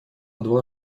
два